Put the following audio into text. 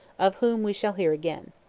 of whom we shall hear again.